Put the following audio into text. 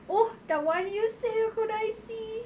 oh dah one year seh aku ada I_C